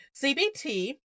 CBT